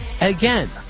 Again